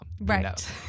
right